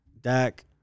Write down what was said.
Dak